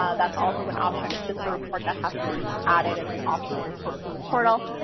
ah that's also an option it's just a report that has to be added as an option report for the portal.